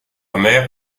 mère